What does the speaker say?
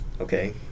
okay